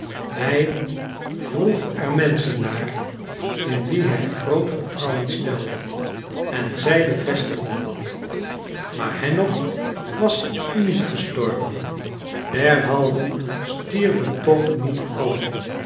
hij vroeg er menschen naar in wie hij groot vertrouwen stelde en zij bevestigden het maar henoch was toch niet gestorven derhalve stierven toch niet allen